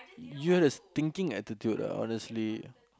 you had a stinking attitude lah honestly